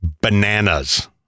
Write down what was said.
Bananas